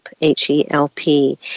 H-E-L-P